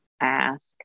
ask